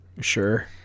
Sure